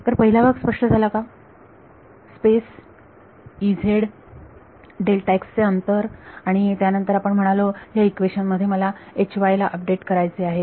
तर पहिला भाग स्पष्ट झाला का स्पेस चे अंतर आणि त्यानंतर आपण म्हणालो ह्या इक्वेशन मध्ये मला ला अपडेट करायचे आहे